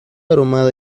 aromada